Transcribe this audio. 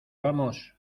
vamos